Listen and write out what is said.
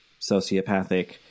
sociopathic